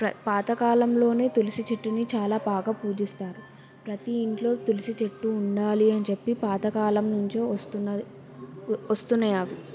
పాత కాలంలో తులసి చెట్టుని చాలా బాగా పూజిస్తారు ప్రతి ఇంట్లో తులసి చెట్టు ఉండాలి అని చెప్పి పాతకాలం నుంచి వస్తున్నది వస్తున్నాయి అవి